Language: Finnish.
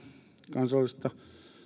kansallisesta